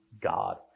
God